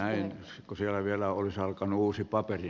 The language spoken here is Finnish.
näin kun siellä vielä olisi alkanut uusi paperi